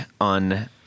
on